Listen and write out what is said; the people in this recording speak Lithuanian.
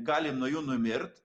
galim nuo jų numirt